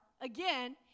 again